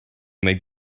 make